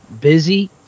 busy